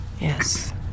yes